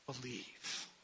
believe